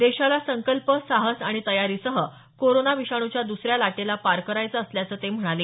देशाला संकल्प साहस आणि तयारीसह कोरोना विषाणूच्या द्रसऱ्या लाटेला पार करायचं असल्याचं ते म्हणाले